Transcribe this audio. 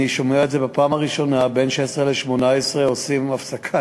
אני שומע בפעם הראשונה שבין 16:00 ל-18:00 עושים הפסקה,